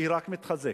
רק מתחזקת,